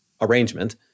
arrangement